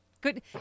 good